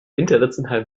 internationalem